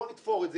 בוא נתפור את זה.